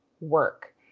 work